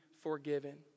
forgiven